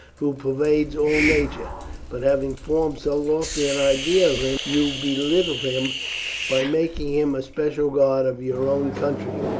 who pervades all nature but having formed so lofty an idea of him, you belittle him by making him a special god of your own country,